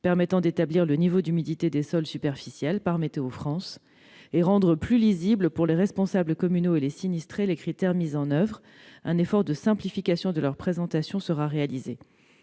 permettant d'établir le niveau d'humidité des sols superficiels par Météo-France ; ensuite, rendre plus lisibles pour les responsables communaux et les sinistrés les critères mis en oeuvre et, à cet égard, un effort de simplification de leur présentation sera réalisé.